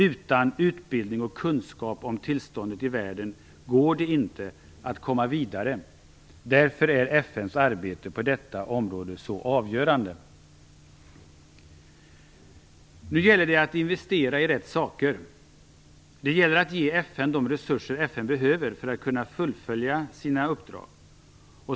Utan utbildning och kunskap om tillståndet i världen går det inte att komma vidare. Därför är FN:s arbete på detta område så avgörande. Nu gäller det att investera i rätt saker. Det gäller att ge FN de resurser FN behöver för att kunna fullfölja sina uppdrag.